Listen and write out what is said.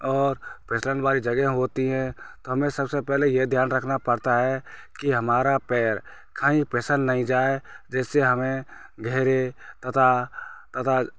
और फिसलन वाली जगह होती है तो हमें सबसे पहले ये ध्यान रखना पड़ता है कि हमारा पैर कहीं फिसल नहीं जाए जिससे हमें गहरे तथा